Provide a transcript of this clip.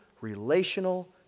relational